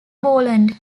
borland